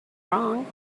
wrong